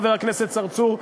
חבר הכנסת צרצור,